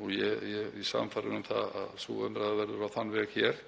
og ég er sannfærður um að umræðan verður á þann veg hér.